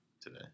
today